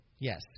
Yes